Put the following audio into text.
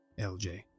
LJ